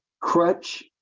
crutch